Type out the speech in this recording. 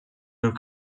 your